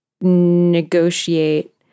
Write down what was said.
negotiate